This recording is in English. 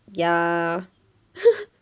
ya